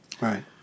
Right